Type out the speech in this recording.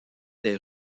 des